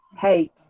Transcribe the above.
hate